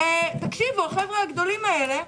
החבר'ה הגדולים האלה,